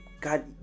God